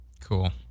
cool